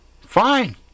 Fine